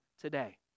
today